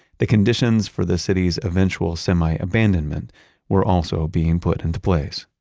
the conditions for the city's eventual semi-abandonment were also being put into place